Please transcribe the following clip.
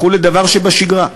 הפכו לדבר שבשגרה.